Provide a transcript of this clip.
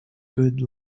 good